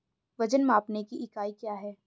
वजन मापने की इकाई क्या है?